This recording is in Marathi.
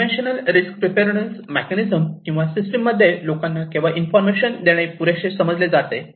कवेंशनल रिस्क प्रिपरेशन मेकॅनिझम किंवा सिस्टीम मध्ये लोकांना केवळ इन्फॉर्मेशन देणे पुरेसे समजले जाते